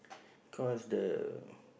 cause the